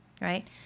right